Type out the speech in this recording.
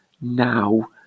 now